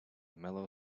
mellow